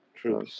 True